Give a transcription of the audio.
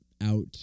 out